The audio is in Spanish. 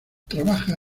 trabaja